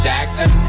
Jackson